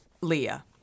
leah